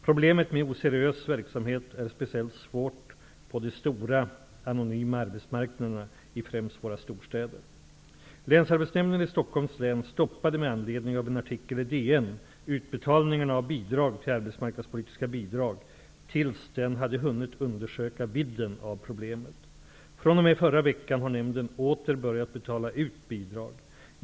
Problemet med oseriös verksamhet är speciellt svårt på de stora anonyma arbetsmarknaderna i främst våra storstäder. Länsarbetsnämnden i Stockholms län stoppade med anledning av en artikel i DN utbetalningarna av bidrag till arbetsmarknadspolitiska bidrag tills den hade hunnit undersöka vidden av problemet. fr.o.m. förra veckan har nämnden åter börjat betala ut bidrag.